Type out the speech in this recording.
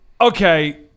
okay